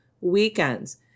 weekends